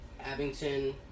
Abington